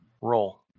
roll